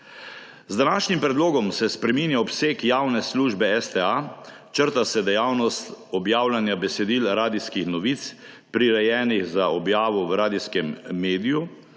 Z današnjim predlogom se spreminja obseg javne službe STA. Črta se dejavnost objavljanja besedil radijskih novic, prirejenih za objavo v radijskem mediju,